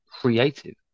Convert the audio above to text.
creative